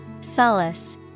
Solace